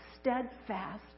steadfast